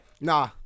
Nah